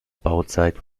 bauzeit